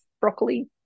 broccoli